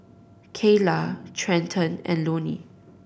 Kayla Trenten and Loni